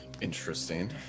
interesting